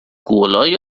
گـلای